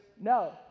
no